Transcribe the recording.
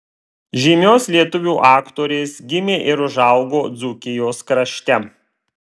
žymios lietuvių aktorės gimė ir užaugo dzūkijos krašte